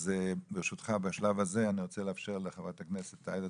אז ברשותך בשלב הזה אני רוצה לאפשר לחברת הכנסת עאידה